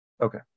Okay